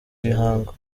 mihango